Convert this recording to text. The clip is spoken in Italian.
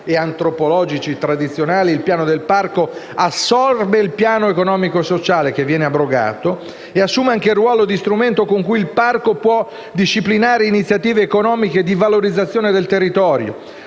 antropologici e tradizionali, il piano del parco assorbe il piano economicosociale, che viene abrogato, e assume anche il ruolo di strumento con il quale il parco può disciplinare iniziative economiche di valorizzazione del territorio